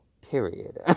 Period